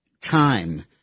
time